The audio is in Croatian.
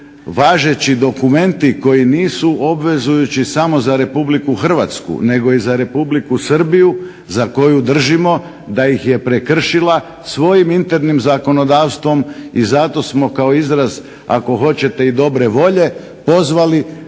važeći dokumenti koji nisu obvezujući samo za Republiku Hrvatsku, nego i za Republiku Srbiju za koju držimo da ih je prekršila svojim internim zakonodavstvom i zato smo kao izraz, ako hoćete i dobre volje, pozvali